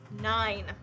Nine